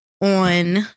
on